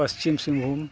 Paschim Singhbhum